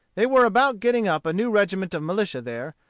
they were about getting up a new regiment of militia there,